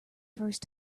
first